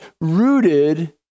rooted